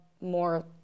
more